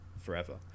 forever